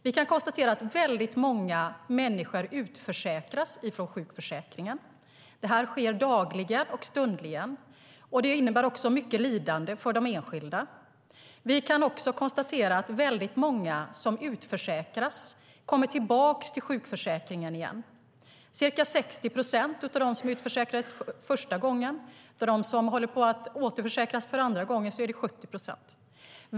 Vi kan konstatera att väldigt många människor utförsäkras från sjukförsäkringen. Detta sker dagligen och stundligen. Detta innebär mycket lidande för de enskilda. Vi kan också konstatera att väldigt många som utförsäkras kommer tillbaka till sjukförsäkringen igen. Det är ca 60 procent av dem som utförsäkrades första gången. Av dem som håller på att återförsäkras för andra gången är det 70 procent.